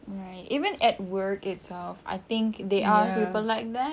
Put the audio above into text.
right even at work itself I think there are people like that